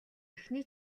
эхний